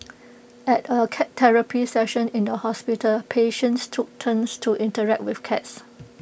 at A cat therapy session in the hospital patients took turns to interact with cats